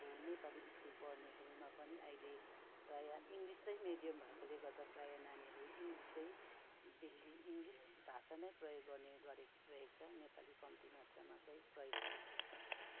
अब नेपाली स्कुल पढ्नेहरूमा पनि अहिले प्राय़ः इङ्ग्लिसै मिडियम भएकोले गर्दाखेरि प्रायः नानीहरू इङ्ग्लिसै बेसी इङ्ग्लिस भाषा नै प्रयोग गर्ने गरेक रहेको छ नेपाली कम्ती मात्रामा चाहिँ प्रयोग भइरहेको छ